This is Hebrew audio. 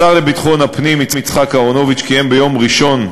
השר לביטחון הפנים יצחק אהרונוביץ קיים ביום ראשון,